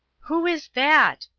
who is that?